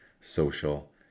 social